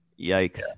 Yikes